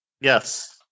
yes